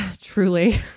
Truly